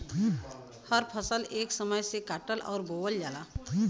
हर फसल एक समय से काटल अउर बोवल जाला